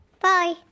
Bye